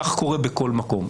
כך קורה בכל מקום.